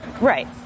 right